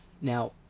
Now